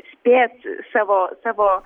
spėt savo savo